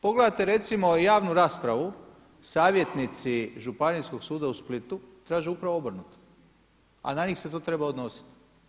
Pogledajte recimo javnu raspravu savjetnici Županijskog suda u Splitu traže upravo obrnuto, a na njih se to treba odnositi.